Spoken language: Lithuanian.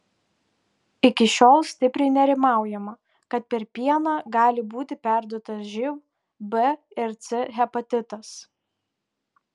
iki šiol stipriai nerimaujama kad per pieną gali būti perduotas živ b ir c hepatitas